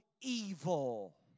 evil